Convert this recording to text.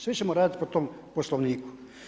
Svi ćemo raditi po tom Poslovniku.